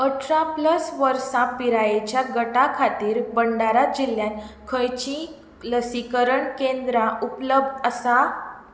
अठरा प्लस वर्सां पिरायेच्या गटा खातीर भंडारा जिल्ल्यांत खंयचीय लसीकरण केंद्रां उपलब्ध आसा